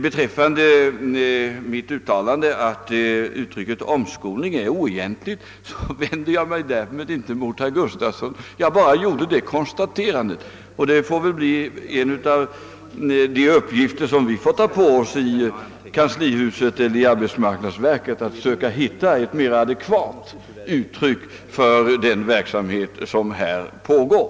Beträffande mitt uttalande att uttrycket »omskolning» är oegentligt, vände jag mig inte mot herr Gustavsson. Jag bara gjorde det konstaterandet. Det får väl bli en av de uppgifter som vi får ta på oss i kanslihuset eller i arbetsmarknadsverket att finna ett mera adekvat uttryck för den verksamhet som här pågår.